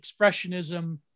Expressionism